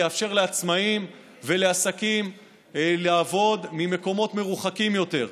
לעצמאים ולעסקים לעבוד ממקומות מרוחקים יותר.